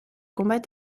combat